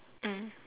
mm